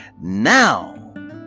now